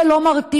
זה לא מרתיע.